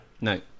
No